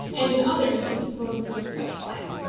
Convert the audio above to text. and in others to propose some such plan.